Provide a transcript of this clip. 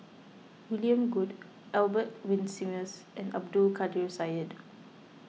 William Goode Albert Winsemius and Abdul Kadir Syed